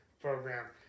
program